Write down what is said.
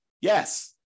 Yes